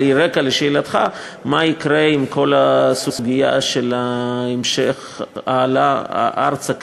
אבל היא רקע לשאלתך: מה יקרה עם המשך ההעלאה ארצה,